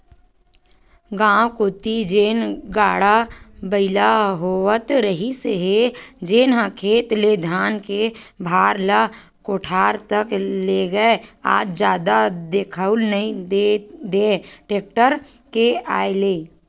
गाँव कोती जेन गाड़ा बइला होवत रिहिस हे जेनहा खेत ले धान के भारा ल कोठार तक लेगय आज जादा दिखउल नइ देय टेक्टर के आय ले